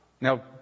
Now